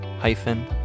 hyphen